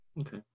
Okay